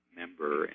member